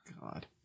God